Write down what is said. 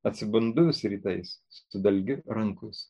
atsibundu rytais su dalgiu rankose